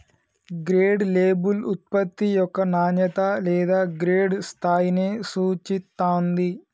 grade label ఉత్పత్తి యొక్క నాణ్యత లేదా గ్రేడ్ స్థాయిని సూచిత్తాంది